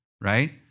right